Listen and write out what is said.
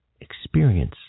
experience